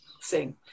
sing